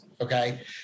okay